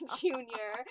junior